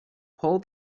pull